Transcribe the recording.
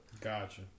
Gotcha